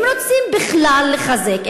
אם רוצים בכלל לחזק,